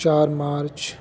چار مارچ